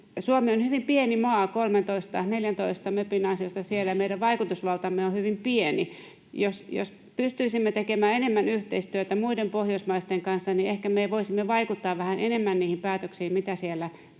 Suomi on hyvin pieni maa, 14 mepin ansiosta siellä meidän vaikutusvaltamme on hyvin pieni. Jos pystyisimme tekemään enemmän yhteistyötä muiden Pohjoismaiden kanssa, niin ehkä me voisimme vaikuttaa vähän enemmän niihin päätöksiin, mitä siellä tehdään.